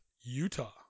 Utah